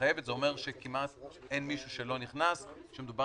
זה אומר שכמעט אין מישהו שלא נכנס כשמדובר